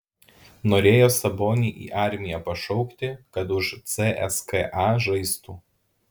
norėjo sabonį į armiją pašaukti kad už cska žaistų